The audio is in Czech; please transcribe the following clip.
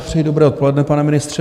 Přeji dobré odpoledne, pane ministře.